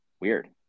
weird